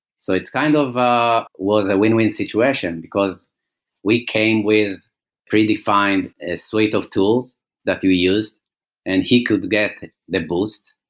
so, it's kind of was a win-win situation, because we came with really find suite of tools that we used and he could get the boost.